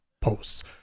posts